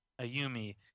Ayumi